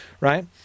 right